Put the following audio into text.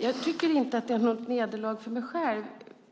Jag tycker inte att detta är något nederlag för mig själv.